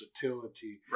versatility